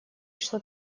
что